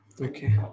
Okay